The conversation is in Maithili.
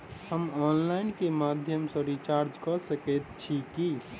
हम ऑनलाइन केँ माध्यम सँ रिचार्ज कऽ सकैत छी की?